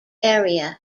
area